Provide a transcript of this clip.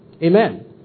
Amen